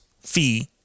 fee